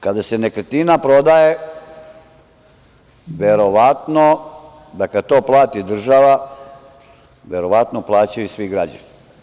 Kada se nekretnina prodaje, verovatno, da kada to plati država, verovatno plaćaju i svi građani.